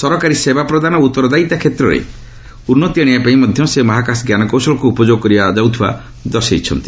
ସରକାରୀ ସେବା ପ୍ରଦାନ ଓ ଉତ୍ତରଦାୟିତା କ୍ଷେତ୍ରରେ ଉନ୍ଦୁତି ଆଣିବା ପାଇଁ ମଧ୍ୟ ମହାକାଶ ଜ୍ଞାନକୌଶଳକୁ ଉପଯୋଗ କରାଯାଉଥିବା ସେ ଦର୍ଶାଇଛନ୍ତି